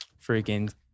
Freaking